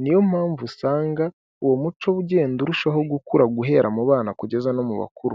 niyo mpamvu usanga uwo muco ugenda urushaho gukura guhera mu bana kugeza no mu bakuru.